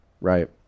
right